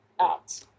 out